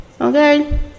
Okay